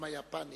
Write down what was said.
היפני